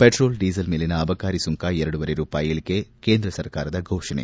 petrol diesel ಮೇಲಿನ ಅಬಕಾರಿ ಸುಂಕ ಎರಡೂವರೆ ರೂಪಾಯಿ ಇಳಿಕೆ ಕೇಂದ್ರ ಸರ್ಕಾರದ ಘೋಷಣೆ